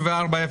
חוזרים ב-13:14.